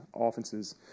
offenses